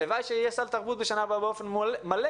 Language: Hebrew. הלוואי שיהיה סל תרבות בשנה הבאה באופן מלא,